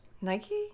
nike